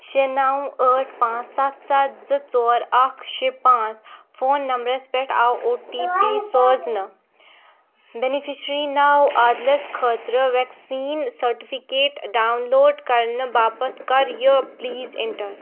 شےٚ نَو ٲٹھ پانٛژھ سَتھ سَتھ زٕ ژور اَکھ شےٚ پانٛژھ فون نَمبرَس پٮ۪ٹھ آو او ٹی پی سوزنہٕ بٮ۪نِفِشری ناوعادِلَس خٲطرٕ وٮ۪کسیٖن سٔٹِفِکیٹ ڈاوُن لوڈ کَرنہٕ باپَتھ کر یہِ پٕلیٖز اِنٹَر